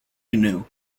canoe